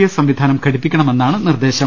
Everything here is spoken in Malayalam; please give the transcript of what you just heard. എസ് സംവിധാനം ഘടിപ്പിക്കണമെന്നാ ണ് നിർദേശം